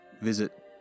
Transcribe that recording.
visit